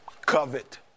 covet